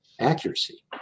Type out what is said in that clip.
accuracy